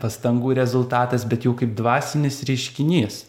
pastangų rezultatas bet jau kaip dvasinis reiškinys